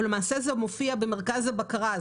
אבל למעשה זה מופיע במרכז הבקרה.